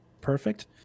Perfect